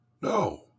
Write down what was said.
No